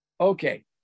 Okay